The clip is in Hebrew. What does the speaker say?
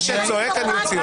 אתה רוצה שנצא כולם?